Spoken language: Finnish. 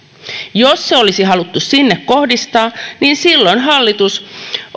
jos se olisi haluttu sinne kohdistaa niin silloin hallitus